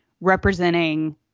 representing